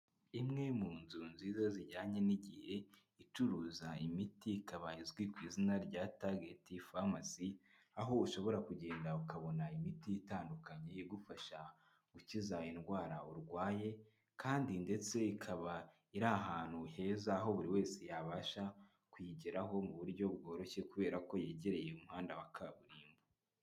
Imwe mu nzu nziza zijyanye n'igihe icuruza imiti ikaba izwi ku izina rya Target pharmacy, aho ushobora kugenda ukabona imiti itandukanye igufasha gukiza indwara urwaye kandi ndetse ikaba iri ahantu heza, aho buri wese yabasha kuyigeraho mu buryo bworoshye kubera ko yegereye umuhanda wa kaburimbo.